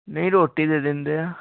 ਨਹੀਂ ਰੋਟੀ ਦੇ ਦਿੰਦੇ